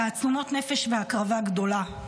תעצומות נפש והקרבה גדולה.